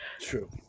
True